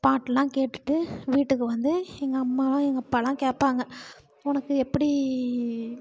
பாட்டெலாம் கேட்டுகிட்டு வீட்டுக்கு வந்து எங்கள் அம்மாவெலாம் எங்கள் அப்பாவெலாம் கேட்பாங்க உனக்கு எப்படி